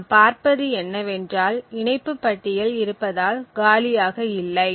நாம் பார்ப்பது என்னவென்றால் இணைப்பு பட்டியல் இருப்பதால் காலியாக இல்லை